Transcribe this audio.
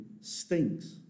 stinks